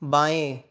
बाएँ